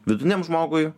vidutiniam žmogui